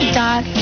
dog